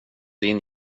din